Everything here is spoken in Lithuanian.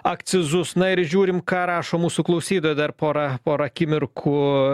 akcizus na ir žiūrim ką rašo mūsų klausytoja dar pora pora akimirkų